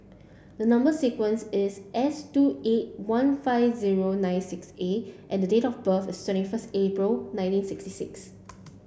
the number sequence is S two eight one five zero nine six A and the date of birth is twenty first April nineteen sixty six